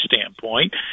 standpoint